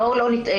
בואו לא נטעה,